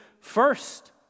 first